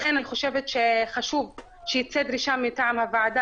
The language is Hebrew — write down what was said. לכן אני חושבת שחשוב שייצא דרישה מטעם הוועדה